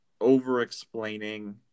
over-explaining